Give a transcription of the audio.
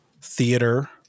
theater